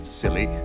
silly